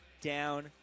down